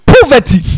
poverty